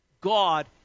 God